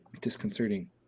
disconcerting